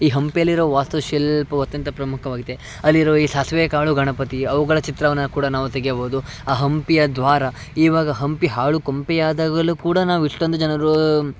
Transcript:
ಈ ಹಂಪಿಯಲ್ಲಿರುವ ವಾಸ್ತುಶಿಲ್ಪವು ಅತ್ಯಂತ ಪ್ರಮಖವಾಗಿದೆ ಅಲ್ಲಿರುವ ಈ ಸಾಸಿವೆಕಾಳು ಗಣಪತಿ ಅವುಗಳ ಚಿತ್ರವನ್ನು ಕೂಡ ನಾವು ತೆಗೆಯಬೌದು ಆ ಹಂಪಿಯ ದ್ವಾರ ಈವಾಗ ಹಂಪಿ ಹಾಳು ಕೊಂಪೆಯಾದಾಗಲೂ ಕೂಡ ನಾವು ಇಷ್ಟೊಂದು ಜನರು